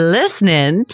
listening